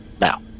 now